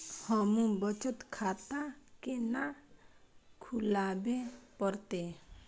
हमू बचत खाता केना खुलाबे परतें?